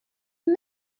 and